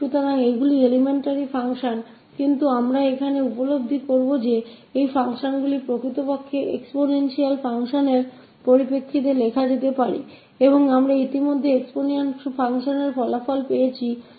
तो ये भी प्राथमिक कार्य हैं लेकिन हम यहां महसूस करेंगे कि इन कार्यों को वास्तव में expoential function के संदर्भ में लिखा जा सकता है और हम पहले से ही expoential function का परिणाम जानते हैं